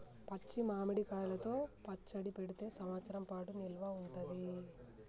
పచ్చి మామిడి కాయలతో పచ్చడి పెడితే సంవత్సరం పాటు నిల్వ ఉంటది